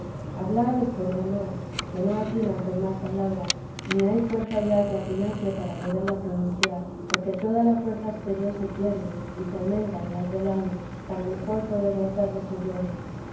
hablar es por demás que no atina a formar palabra ni hay fuerza ya que atinase para poderla pronunciar porque toda la fuerza exterior se pierde y se aumenta en las del alma para mejor poder gozar de su gloria